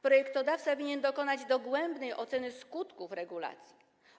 Projektodawca winien dokonać dogłębnej oceny skutków regulacji.